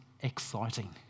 Exciting